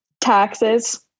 Taxes